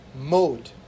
mode